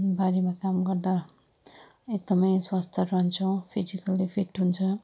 बा बारीमा काम गर्दा एकदमै स्वस्थ्य रहन्छौँ फिजिकली फिट हुन्छ